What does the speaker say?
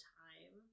time